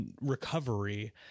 recovery